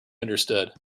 understood